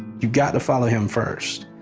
you've got to follow him first.